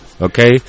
Okay